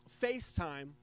FaceTime